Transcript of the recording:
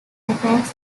attacks